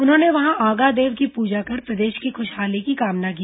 उन्होंने वहां आंगा देव की पूजा कर प्रदेश की खुशहाली की कामना की